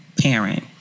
parent